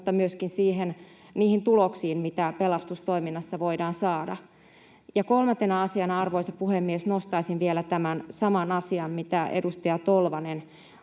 mutta myöskin niihin tuloksiin, mitä pelastustoiminnassa voidaan saada. Ja kolmantena asiana, arvoisa puhemies, nostaisin vielä tämän saman asian, minkä muun muassa edustaja Tolvanen ja